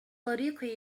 طريقي